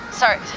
sorry